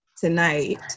Tonight